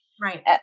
Right